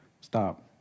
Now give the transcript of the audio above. Stop